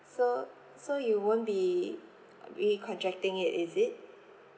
so so you won't be recontracting it is it